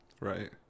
right